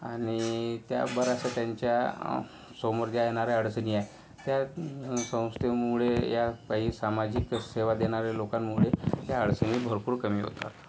आणि त्या बराचशा त्यांच्या समोर ज्या येणाऱ्या अडचणी आहे त्या संस्थेमुळे या काही सामाजिक सेवा देणाऱ्या लोकांमुळे त्या अडचणी भरपूर कमी होतात